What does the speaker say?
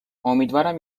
امیدوارم